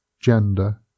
gender